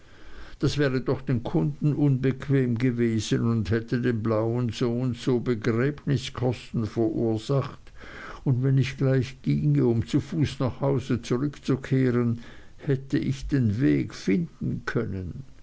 das wäre doch den kunden unbequem und unangenehm gewesen und hätte dem blauen soundso begräbniskosten verursacht und wenn ich gleich ginge um zu fuß nach hause zurückzukehren hätte ich den weg finden können